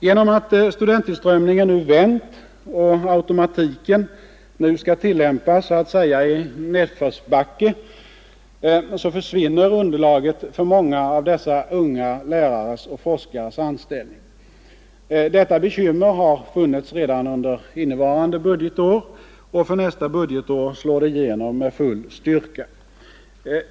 Genom att studenttillströmningen nu vänt och automatiken nu skall tillämpas så att säga i nedförsbacke försvinner underlaget för många av dessa unga lärares och forskares anställning. Detta bekymmer har funnits redan under innevarande budgetår, och för nästa budgetår slår det igenom med full styrka.